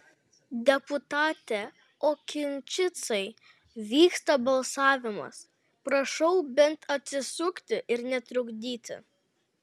deputate okinčicai vyksta balsavimas prašau bent atsisukti ir netrukdyti